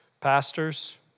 pastors